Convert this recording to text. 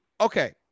Okay